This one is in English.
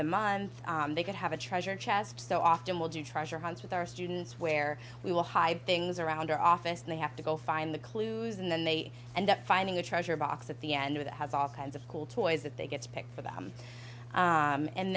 the month they could have a treasure chest so often we'll do treasure hunts with our students where we will hide things around our office and they have to go find the clues and then they end up finding a treasure box at the end that has all kinds of cool toys that they gets picked for them